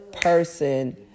person